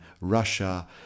Russia